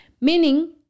Meaning